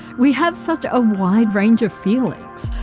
we have such a wide range of feelings,